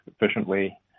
efficiently